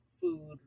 food